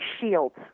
shields